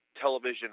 television